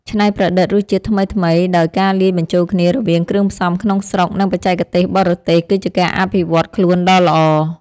ច្នៃប្រឌិតរសជាតិថ្មីៗដោយការលាយបញ្ចូលគ្នារវាងគ្រឿងផ្សំក្នុងស្រុក និងបច្ចេកទេសបរទេស គឺជាការអភិវឌ្ឍខ្លួនដ៏ល្អ។